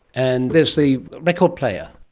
and there's the record player.